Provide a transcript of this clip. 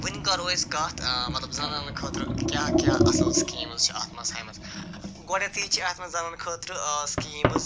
وٕنۍ کَرَو أسۍ کَتھ مطلب زنانَن خٲطرٕ کیٛاہ کیٛاہ اَصٕل سِکیٖمٕز چھِ اَتھ منٛز تھایمَژٕ گۄڈٕنٮ۪تھٕے چھِ اَتھ منٛز زَنانَن خٲطرٕ سِکیٖمٕز